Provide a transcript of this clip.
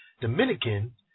Dominican